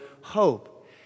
hope